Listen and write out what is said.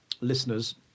listeners